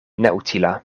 neutila